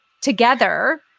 together